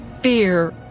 Fear